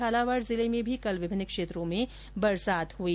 झालावाड जिले में भी कल विभिन्न क्षेत्रों में बरसात हुई